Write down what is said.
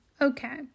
Okay